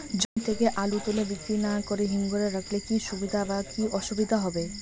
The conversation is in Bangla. জমি থেকে আলু তুলে বিক্রি না করে হিমঘরে রাখলে কী সুবিধা বা কী অসুবিধা হবে?